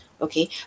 okay